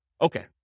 Okay